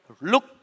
look